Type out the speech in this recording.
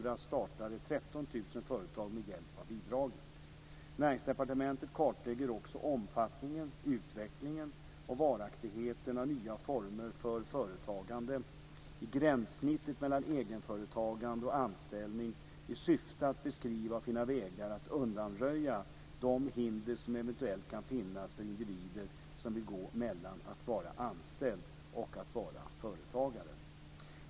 År 2000 Näringsdepartementet kartlägger också omfattningen, utvecklingen och varaktigheten av nya former för företagande i gränssnittet mellan egenföretagande och anställning i syfte att beskriva och finna vägar att undanröja de hinder som eventuellt kan finnas för individer som vill gå mellan att vara anställd och att vara företagare.